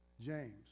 James